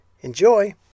Enjoy